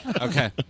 Okay